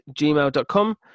gmail.com